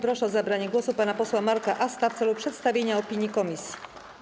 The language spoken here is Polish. Proszę o zabranie głosu pana posła Marka Asta w celu przedstawienia opinii komisji.